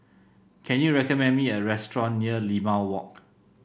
can you recommend me a restaurant near Limau Walk